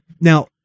Now